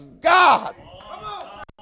God